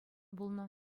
пулнӑ